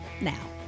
Now